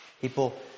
People